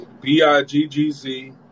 B-I-G-G-Z